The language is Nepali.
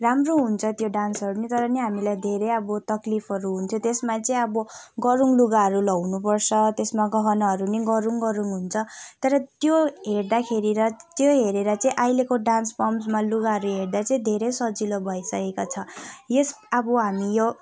राम्रो हुन्छ त्यो डान्सहरू पनि तर पनि हामीलाई धेरै अब तक्लिफहरू हुन्थ्यो त्यसमा चाहिँ अब गह्रौँ लुगाहरू लगाउनुपर्छ त्यसमा गहनाहरू पनि गह्रौँ गह्रौँ हुन्छ तर त्यो हेर्दाखेरि र त्यो हेरेर चाहिँ अहिलेको डान्स फर्ममा लुगाहरू हेर्दा चाहिँ धेरै सजिलो भइसकेको छ यस अब हामी यो